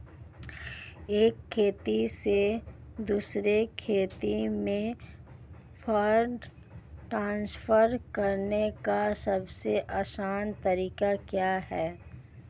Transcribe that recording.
एक खाते से दूसरे खाते में फंड ट्रांसफर करने का सबसे आसान तरीका क्या है?